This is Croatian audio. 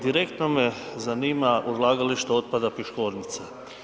Direktno me zanima odlagalište otpada Piškornica.